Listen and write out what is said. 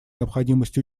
необходимость